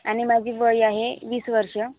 आणि माझी वय आहे वीस वर्ष